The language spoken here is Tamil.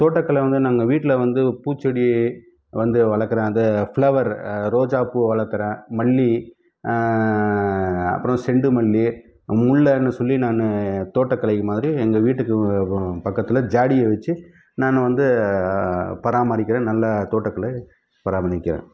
தோட்டக்கலை வந்து நாங்கள் வீட்டில் வந்து பூச்செடி வந்து வளர்க்குறேன் அது ஃபிளவர் ரோஜாப் பூ வளர்க்குறேன் மல்லி அப்புறம் செண்டுமல்லி முல்லைனு சொல்லி நான் தோட்டக்கலை மாதிரி எங்கள் வீட்டுக்கு பக்கத்தில் ஜாடியை வச்சு நான் வந்து பராமரிக்கிறேன் நல்ல தோட்டக்கலை பராமரிக்கிறேன்